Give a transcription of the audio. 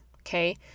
Okay